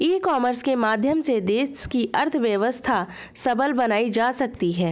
ई commerce के माध्यम से देश की अर्थव्यवस्था सबल बनाई जा सकती है